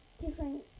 different